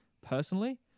personally